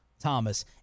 Thomas